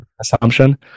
assumption